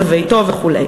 בביתו וכו'.